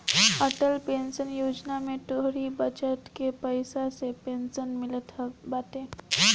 Atal pension योजना में तोहरी बचत कअ पईसा से पेंशन मिलत बाटे